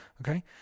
okay